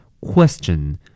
Question